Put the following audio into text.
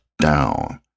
down